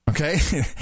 okay